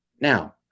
Now